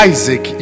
Isaac